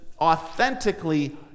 authentically